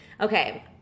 Okay